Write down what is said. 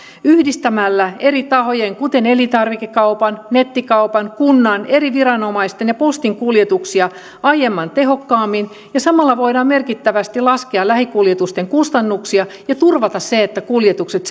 yhdistämällä eri tahojen kuten elintarvikekaupan nettikaupan kunnan eri viranomaisten ja postin kuljetuksia aiempaa tehokkaammin samalla voidaan merkittävästi laskea lähikuljetusten kustannuksia ja turvata se että kuljetukset